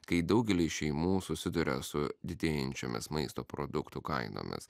kai daugeliai šeimų susiduria su didėjančiomis maisto produktų kainomis